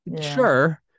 Sure